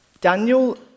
Daniel